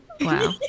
wow